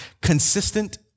Consistent